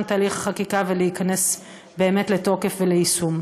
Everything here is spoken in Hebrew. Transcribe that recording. תהליך החקיקה ולהיכנס באמת לתוקף וליישום.